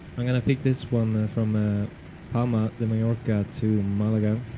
i'm gonna pick this one from ah palma de majorca to malaga